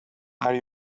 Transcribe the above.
are